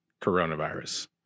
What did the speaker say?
coronavirus